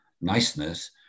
niceness